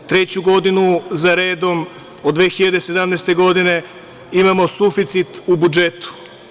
Treću godinu za redom od 2017. godine imamo suficit u budžetu.